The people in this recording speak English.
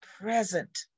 present